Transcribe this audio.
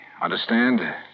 understand